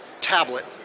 tablet